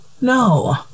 no